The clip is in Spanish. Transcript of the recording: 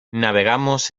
navegamos